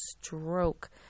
stroke